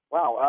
Wow